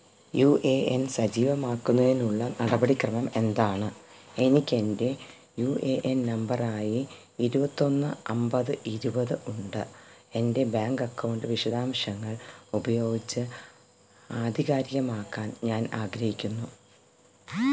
U A N സജീവമാക്കുന്നതിനുള്ള നടപടിക്രമം എന്താണ് എനിക്ക് എന്റെ യു എ എൻ നമ്പറായി ഇരുപത്തിയൊന്ന് അന്പത് ഇരുപത് ഉണ്ട് എന്റെ ബാങ്ക് അക്കൗണ്ട് വിശദാംശങ്ങൾ ഉപയോഗിച്ച് ആധികാരികമാക്കാൻ ഞാൻ ആഗ്രഹിക്കുന്നു